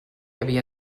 havia